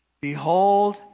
behold